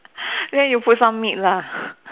then you put some meat lah